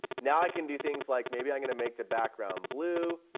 now i can do things like maybe i'm going to make the background blue,